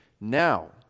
Now